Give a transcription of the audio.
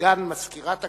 סגן מזכירת הכנסת,